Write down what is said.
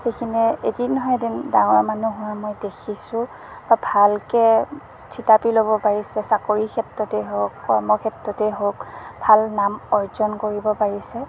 সেইখিনি এদিন নহয় এদিন ডাঙৰ মানুহ হোৱা মই দেখিছোঁ চব ভালকৈ থিতাপি ল'ব পাৰিছে চাকৰিৰ ক্ষেত্ৰতেই হওঁক কৰ্মক্ষেত্ৰতেই হওঁক ভাল নাম অৰ্জন কৰিব পাৰিছে